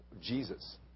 Jesus